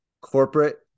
corporate